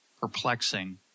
perplexing